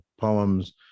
poems